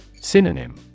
Synonym